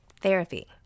Therapy